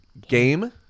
Game